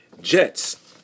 Jets